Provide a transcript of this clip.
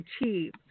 achieve